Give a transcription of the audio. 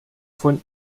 von